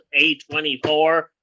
A24